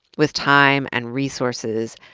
with time, and resources,